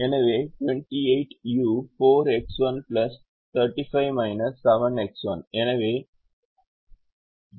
எனவே 28u 4X1 35 7X1 எனவே 28u 35 3X1